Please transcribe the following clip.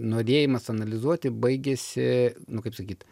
norėjimas analizuoti baigiasi nu kaip sakyt